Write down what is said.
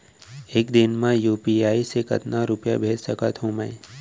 एक दिन म यू.पी.आई से कतना रुपिया भेज सकत हो मैं?